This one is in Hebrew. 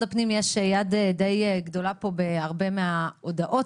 הפנים יש יד די גדולה פה בהרבה מההודעות,